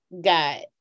got